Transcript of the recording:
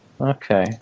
Okay